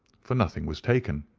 for nothing was taken.